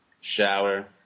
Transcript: Shower